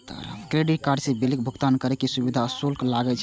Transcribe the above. credit card सं बिलक भुगतान करै पर सुविधा शुल्क लागै छै